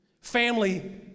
Family